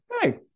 Hey